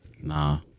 Nah